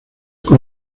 con